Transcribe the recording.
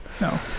No